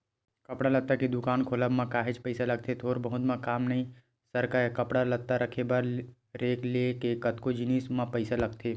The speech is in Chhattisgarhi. कपड़ा लत्ता के दुकान खोलब म काहेच पइसा लगथे थोर बहुत म काम नइ सरकय कपड़ा लत्ता रखे बर रेक ले लेके कतको जिनिस म पइसा लगथे